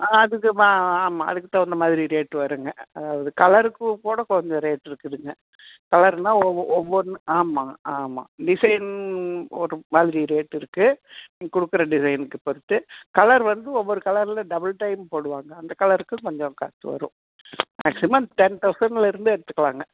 ஆ அதுக்கு ஆமாம் அதுக்கு தகுந்த மாரி ரேட்டு வருங்க கலருக்கும் கூட கொஞ்சம் ரேட்டு இருக்குதுங்க கலர்ன்னா ஒவ்வொன்று ஆமாம் ஆமாம் டிசைன் ஒரு மாதிரி ரேட்டு இருக்கு கொடுக்குற டிசைன்ன பொறுத்து கலர் வந்து ஒவ்வொரு கலரில் டபுள் டைம் போடுவாங்க அந்த கலருக்கு கொஞ்சம் காசு வரும் மேக்ஸிமம் டென் தௌசனில் இருந்து எடுத்துக்களாங்க